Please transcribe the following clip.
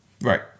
Right